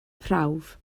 prawf